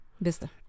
Vista